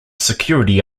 security